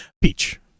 Peach